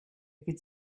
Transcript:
could